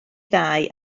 ddau